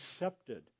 accepted